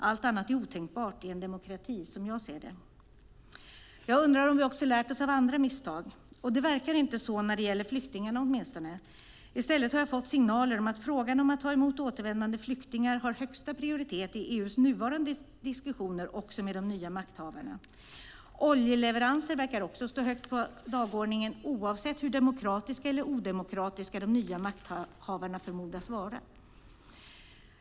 Allt annat är otänkbart i en demokrati, som jag ser det. Jag undrar om vi har lärt oss också av andra misstag. Det verkar inte så när det gäller flyktingarna åtminstone. I stället har jag fått signaler om att frågan om att ta emot återvändande flyktingar har högsta prioritet i EU:s nuvarande diskussioner med de nya makthavarna. Oljeleveranser verkar också stå högt på dagordningen, oavsett hur demokratiska eller odemokratiska de nya makthavarna förmodas vara.